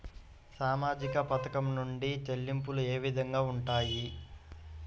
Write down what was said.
సామాజిక పథకం నుండి చెల్లింపులు ఏ విధంగా ఉంటాయి?